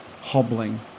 hobbling